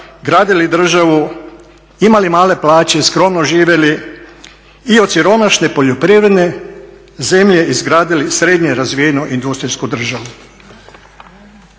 gradili državu, imali male plaće i skromno živjeli i od siromašne poljoprivredne zemlje izgradili srednje razvijenu industrijsku državu.